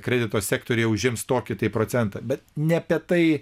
kredito sektoriuje užims tokį procentą bet ne apie tai